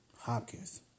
Hopkins